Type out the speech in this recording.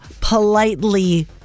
Politely